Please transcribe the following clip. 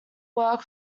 work